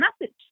message